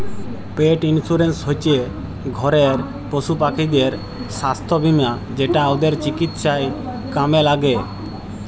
পেট insurance হচ্যে ঘরের পশুপাখিদের সাস্থ বীমা যেটা ওদের চিকিৎসায় কামে ল্যাগে